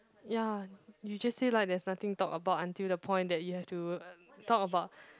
ya you just say like there's nothing talk about until the point that you have to uh talk about